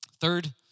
Third